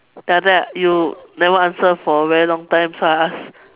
then after that you never answer for a very long time so I ask